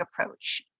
approach